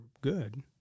good